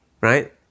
right